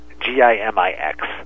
G-I-M-I-X